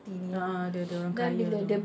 ah ah dia dia orang kaya